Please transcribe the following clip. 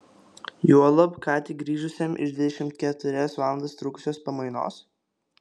juolab ką tik grįžusiam iš dvidešimt keturias valandas trukusios pamainos